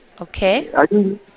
Okay